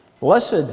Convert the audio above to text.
blessed